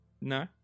No